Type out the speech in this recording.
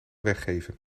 weggeven